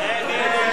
ההצעה